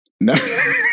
No